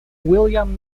william